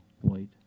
white